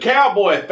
Cowboy